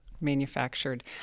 Manufactured